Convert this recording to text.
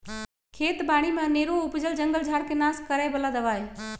खेत बारि में अनेरो उपजल जंगल झार् के नाश करए बला दबाइ